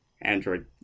Android